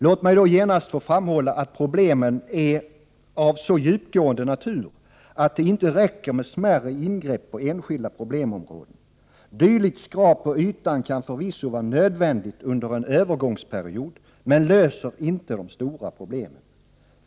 Låt mig då genast få framhålla, att problemen är av så djupgående natur, att det inte räcker med smärre ingrepp på enskilda problemområden. Dylikt skrap på ytan kan förvisso vara nödvändigt under en övergångsperiod men löser inte de stora problemen.